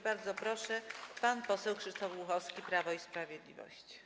Bardzo proszę, pan poseł Krzysztof Głuchowski, Prawo i Sprawiedliwość.